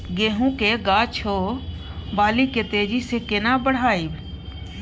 गेहूं के गाछ ओ बाली के तेजी से केना बढ़ाइब?